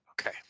Okay